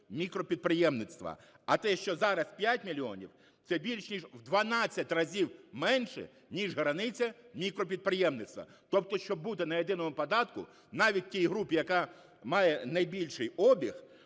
мікропідприємництва. А те, що зараз 5 мільйонів, це більш ніж в 12 разів менше ніж границя мікропідприємництва. Тобто, щоб бути на єдиному податку навіть тій групі, яка має найбільший обіг,